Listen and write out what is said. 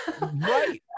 Right